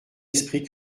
esprit